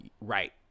Right